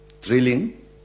drilling